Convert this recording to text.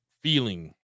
feeling